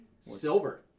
Silver